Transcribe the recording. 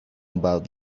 about